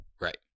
Right